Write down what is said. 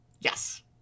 Yes